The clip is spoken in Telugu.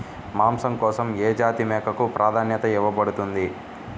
మాంసం కోసం ఏ జాతి మేకకు ప్రాధాన్యత ఇవ్వబడుతుంది?